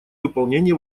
выполнении